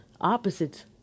opposites